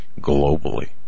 globally